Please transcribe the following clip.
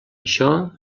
això